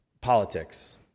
politics